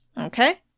Okay